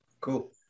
Cool